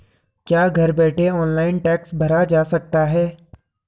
क्या घर बैठे ऑनलाइन टैक्स भरा जा सकता है?